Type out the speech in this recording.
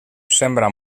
sembra